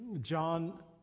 John